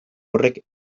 horrek